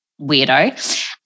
weirdo